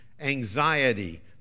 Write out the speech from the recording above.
Anxiety